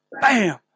bam